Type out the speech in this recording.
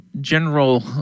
general